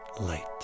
light